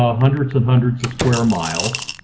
ah hundreds and hundreds of square miles.